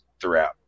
throughout